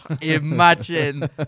Imagine